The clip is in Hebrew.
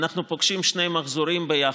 אנחנו פוגשים שני מחזורים ביחד,